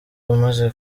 umaze